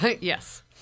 Yes